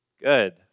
Good